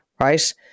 right